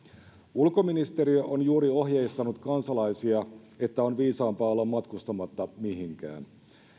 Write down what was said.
ulkoministeriö on juuri ohjeistanut kansalaisia että on viisaampaa olla matkustamatta mihinkään